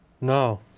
No